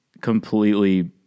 completely